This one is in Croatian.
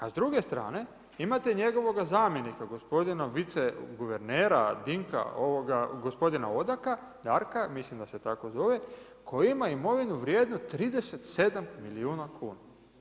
A s druge strane imate njegovoga zamjenika gospodina viceguvernera Dinka, gospodina Odaka Darka, mislim da se tako zove koji ima imovinu vrijednu 37 milijuna kuna.